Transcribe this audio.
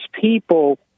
people